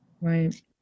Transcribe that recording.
right